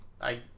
I-